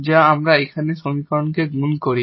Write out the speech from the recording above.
যা আমরা এখানে এই সমীকরণকে গুণ করি